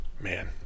Man